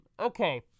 Okay